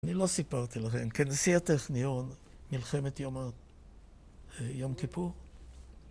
אני לא סיפרתי לכם, כנשיא הטכניון מלחמת יום כיפור